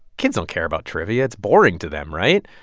kids don't care about trivia. it's boring to them, right?